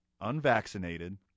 unvaccinated